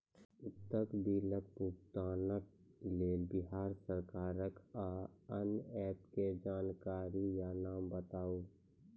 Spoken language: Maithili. उक्त बिलक भुगतानक लेल बिहार सरकारक आअन्य एप के जानकारी या नाम बताऊ?